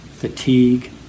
fatigue